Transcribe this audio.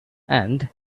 and